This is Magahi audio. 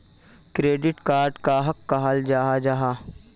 क्रेडिट कार्ड कहाक कहाल जाहा जाहा?